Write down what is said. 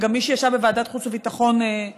אגב, מי שישב בוועדת החוץ והביטחון, כמונו,